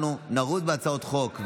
אנחנו נרוץ בהצעות חוק,